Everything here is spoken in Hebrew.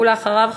ואחריו,